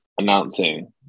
announcing